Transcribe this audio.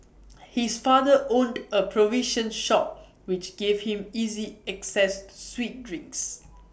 his father owned A provision shop which gave him easy access to sweet drinks